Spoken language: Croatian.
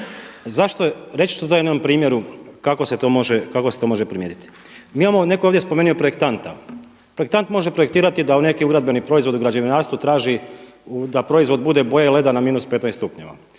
Reći ću to na jednom primjeru kako se to može primijeniti. Mi imamo, netko je ovdje spomenuo projektanta. Projektant može projektirati da u neki ugradbeni proizvod u građevinarstvu traži da proizvod bude boje leda na -15 stupnjeva.